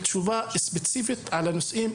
הכל נופל על קופת המועצה,